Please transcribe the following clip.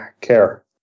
care